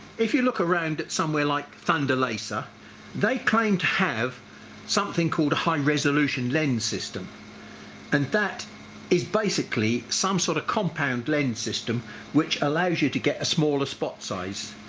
if you look around at somewhere like thunder laser they claim to have something called a high resolution lens system and that is basically some sort of compound lens system which allows you to get a smaller spot size.